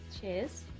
cheers